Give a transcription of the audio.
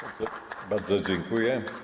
Bardzo dziękuję.